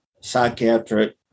psychiatric